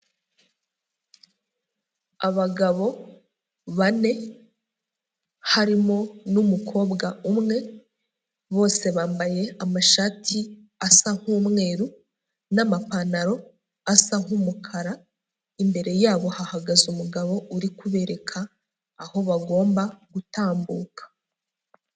Abagabo bane harimo n'umukobwa umwe, bose bambaye amashati asa nk'umweru n'amapantaro asa nk'umukara, imbere yabo hahagaze umugabo uri kubereka aho bagomba gutambuka.